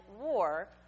war